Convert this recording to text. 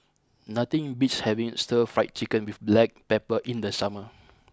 nothing beats having Stir Fried Chicken with black pepper in the summer